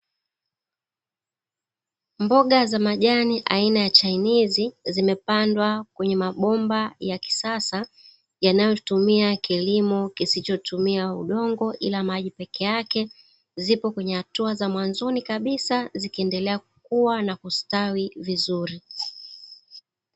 Mboga za majani aina ya chaizi zimepandwa kwenye mabomba ya kisasa yanayotumia kilimo kisichotumia udongo bali maji peke yake, zipo katika hatua za mwanzoni kabisa zikiendelea kukuwa na kustawi vizuri.